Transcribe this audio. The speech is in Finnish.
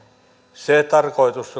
se tarkoitus